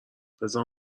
بزار